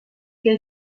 que